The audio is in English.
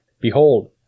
Behold